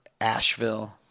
Asheville